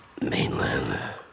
mainland